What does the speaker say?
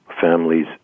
families